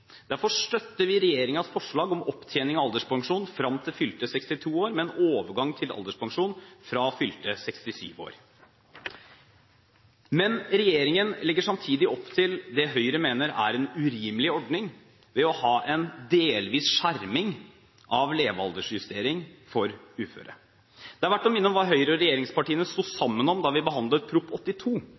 Derfor støtter vi regjeringens forslag om opptjening av alderpensjon fram til fylte 62 år, med en overgang til alderpensjon fra fylte 67 år. Men regjeringen legger samtidig opp til det Høyre mener er en urimelig ordning ved å ha en delvis skjerming av levealdersjustering for uføre. Det er verdt å minne om hva Høyre og regjeringspartiene stod sammen om da vi behandlet Prop. 82